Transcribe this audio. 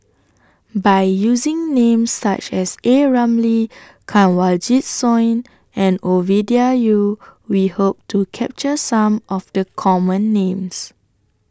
By using Names such as A Ramli Kanwaljit Soin and Ovidia Yu We Hope to capture Some of The Common Names